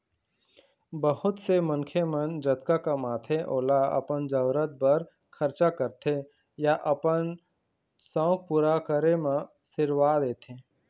बहुत से मनखे मन जतका कमाथे ओला अपन जरूरत बर खरचा करथे या अपन सउख पूरा करे म सिरवा देथे